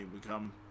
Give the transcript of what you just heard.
become